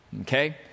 Okay